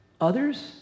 Others